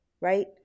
right